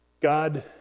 God